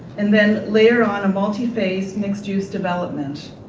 and then, later on, a multi-phase mixed use development.